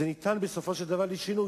זה ניתן בסופו של דבר לשינוי,